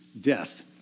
death